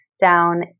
down